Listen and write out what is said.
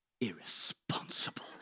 irresponsible